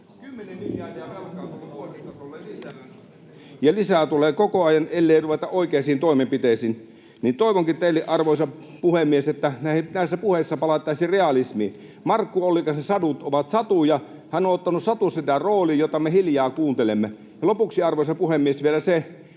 ja lisää tulee koko ajan, ellei ruveta oikeisiin toimenpiteisiin. Toivonkin, arvoisa puhemies, että näissä puheissa palattaisiin realismiin. Markku Ollikaisen sadut ovat satuja. Hän on ottanut satusedän roolin, ja me hiljaa kuuntelemme. Lopuksi, arvoisa puhemies, vielä se,